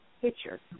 picture